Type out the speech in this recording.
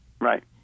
Right